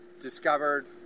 discovered